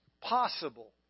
possible